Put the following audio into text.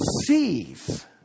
sees